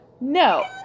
No